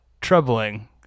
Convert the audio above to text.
Troubling